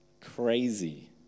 crazy